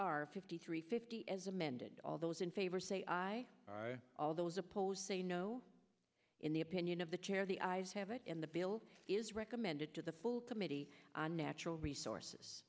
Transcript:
r fifty three fifty as amended all those in favor say aye all those opposed say no in the opinion of the chair the eyes have it and the bill is recommended to the full committee on natural resources